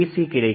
C கிடைக்கும்